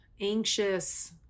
anxious